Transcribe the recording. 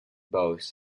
boasts